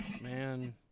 Man